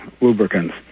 lubricants